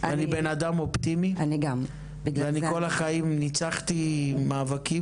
אני בן אדם אופטימי ואני כל החיים ניצחתי מאבקים